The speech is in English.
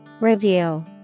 Review